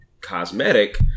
cosmetic